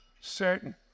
certain